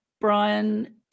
Brian